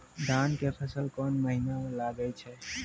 धान के फसल कोन महिना म लागे छै?